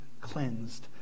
cleansed